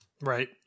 Right